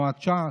תנועת ש"ס,